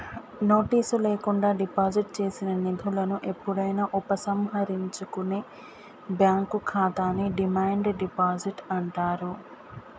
notice లేకుండా deposit చేసిన నిధులను ఎప్పుడైనా ఉపసంహరించుకునే బ్యాంక్ ఖాతాని డిమాండ్ డిపాజిట్ అంటారు